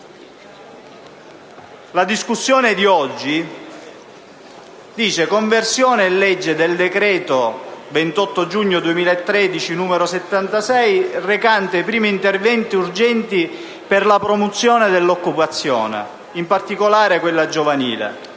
del giorno di oggi reca: «Conversione in legge del decreto-legge 28 giugno 2013, n. 76, recante primi interventi urgenti per la promozione dell'occupazione, in particolare quella giovanile